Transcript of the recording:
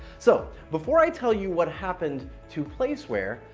so before i tell you what happened to placeware,